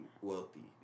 wealthy